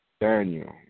Daniel